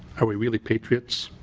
are we really patriots?